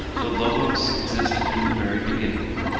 the logos existed in the very beginning,